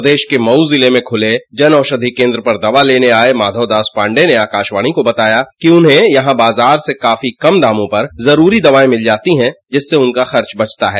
प्रदेश के मऊ ज़िले में ख़ुले जन औषधि केन्द्र दवा लेने आये माधव दास पांडे ने आकाशवाणी को बताया कि उन्हें यहां बाजार से काफी कम दामों पर जरूरी दवायें मिल जाती हैं जिससे उनका खर्च बचता है